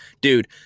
dude